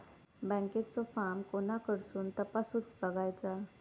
बँकेचो फार्म कोणाकडसून तपासूच बगायचा?